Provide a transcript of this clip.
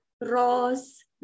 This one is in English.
rose